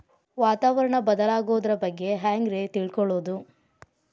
ವಾತಾವರಣ ಬದಲಾಗೊದ್ರ ಬಗ್ಗೆ ಹ್ಯಾಂಗ್ ರೇ ತಿಳ್ಕೊಳೋದು?